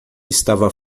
estava